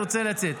רוצה לצאת.